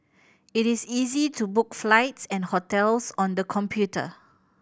it is easy to book flights and hotels on the computer